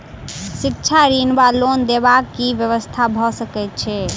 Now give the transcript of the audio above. शिक्षा ऋण वा लोन देबाक की व्यवस्था भऽ सकै छै?